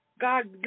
God